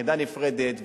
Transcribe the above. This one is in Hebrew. וביחידה נפרדת,